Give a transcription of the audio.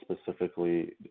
specifically